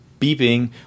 beeping